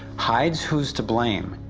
hides who's to blame,